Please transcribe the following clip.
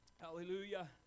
Hallelujah